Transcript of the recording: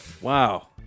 Wow